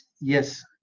yes